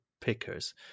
pickers